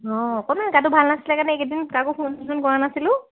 অঁ অকণমান গাটো ভাল নাছিলে এইকেইদিন কাকো ফোন চোন কৰা নাছিলোঁ